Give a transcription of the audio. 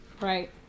Right